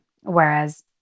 Whereas